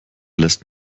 lässt